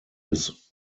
his